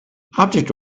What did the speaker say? object